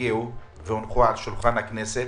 שהגיעו והונחו על שולחן הכנסת,